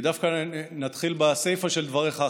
דווקא נתחיל בסיפא של דבריך.